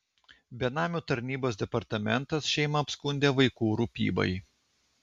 benamių tarnybos departamentas šeimą apskundė vaikų rūpybai